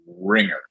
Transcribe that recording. ringer